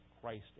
Christ